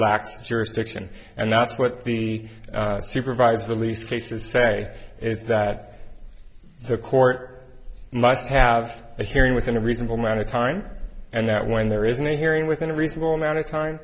lacks jurisdiction and that's what the supervised release cases say is that the court must have a hearing within a reasonable amount of time and that when there isn't a hearing within a reasonable amount of time